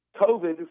COVID